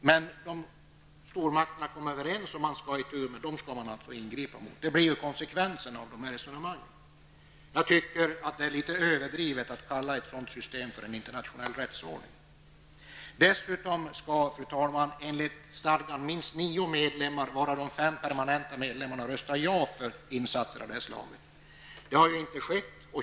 Men dem som stormakterna kommer överens om att man skall ta itu med -- dem skall man alltså ingripa mot. Det blir konsekvensen av dessa resonemang. Jag tycker att det är litet överdrivet att kalla ett sådant system för en internationell rättsordning. Dessutom skall, fru talman, enligt stadgan minst nio medlemmar, varav de fem permanenta medlemmarna, rösta ja till insatser av det här slaget. Det har ju inte skett.